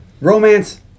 romance